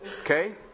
Okay